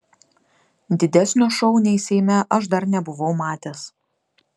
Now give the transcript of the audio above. didesnio šou nei seime aš dar nebuvau matęs